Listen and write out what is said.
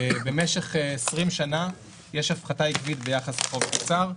במשך 20 שנה יש הפחתה עקבית ביחס חוב-תוצר,